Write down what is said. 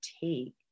take